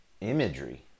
imagery